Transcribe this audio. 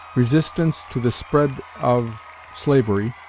resistance to the spread of slavery